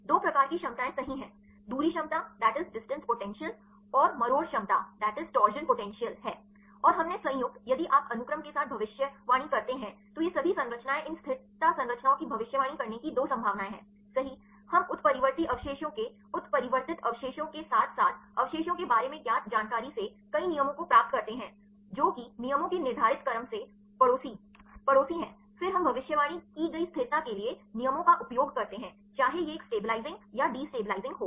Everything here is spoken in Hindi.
2 प्रकार की क्षमताएं सही हैं दूरी क्षमता और मरोड़ क्षमता है और हमने संयुक्त यदि आप अनुक्रम के साथ भविष्यवाणी करते हैं तो ये सभी संरचनाएं इन स्थिरता संरचनाओं की भविष्यवाणी करने की 2 संभावनाएं हैं सही हम उत्परिवर्ती अवशेषों के उत्परिवर्तित अवशेषों के साथ साथ अवशेषों के बारे में ज्ञात जानकारी से कई नियमों को प्राप्त करते हैं जो कि नियमों के निर्धारित क्रम से पड़ोसी के पड़ोसी हैं फिर हम भविष्यवाणी की गई स्थिरता के लिए नियमों का उपयोग करते हैं चाहे यह एक स्टैबिलीज़िंग या देस्ताबिलीज़िंग हो